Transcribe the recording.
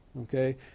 okay